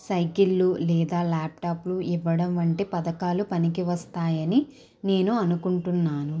సైకిళ్ళు లేదా లాప్టాప్లు ఇవ్వడం వంటి పథకాలు పనికివస్తాయని నేను అనుకుంటున్నాను